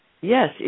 Yes